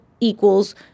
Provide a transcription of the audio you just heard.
equals